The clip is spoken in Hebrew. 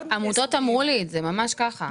עמותות אמרו לי את זה, ממש כך.